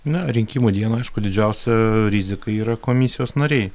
na rinkimų dieną aišku didžiausia rizika yra komisijos nariai